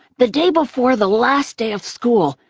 the day before the last day of school,